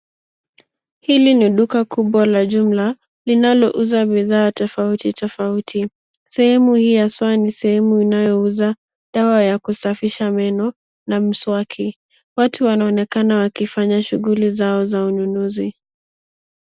Hili ni duka kubwa la jumla linalouza bidhaa tofauti tofauti. Sehemu hii haswa ni sehemu inayouza dawa ya kusafisha meno na mswaki. Watu wanaonekana wakifanya shughuli zao za ununuzi.